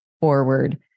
forward